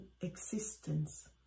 existence